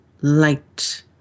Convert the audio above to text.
light